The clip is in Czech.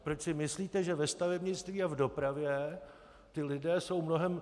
Proč si myslíte, že ve stavebnictví a v dopravě ti lidé jsou mnohem...